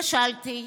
כשלתי,